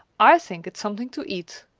i think it's something to eat.